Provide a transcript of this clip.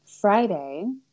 Friday